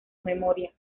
memoria